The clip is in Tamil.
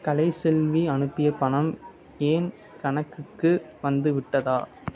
கலைசெல்வி அனுப்பிய பணம் என் கணக்குக்கு வந்துவிட்டதா